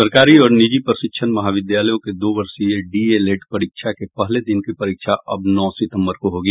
सरकारी और निजी प्रशिक्षण महाविद्यालयों के दो वर्षीय डीएलएड परीक्षा के पहले दिन की परीक्षा अब नौ सितंबर को होगी